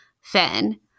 Finn